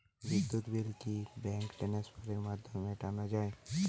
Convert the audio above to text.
বিদ্যুৎ বিল কি ব্যাঙ্ক ট্রান্সফারের মাধ্যমে মেটানো য়ায়?